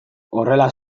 horrela